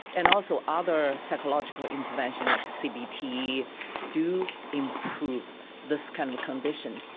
and also other psychological interventions like cbt do improve this kind of condition.